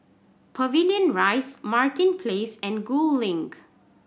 Pavilion Rise Martin Place and Gul Link